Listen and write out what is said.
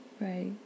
right